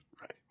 Right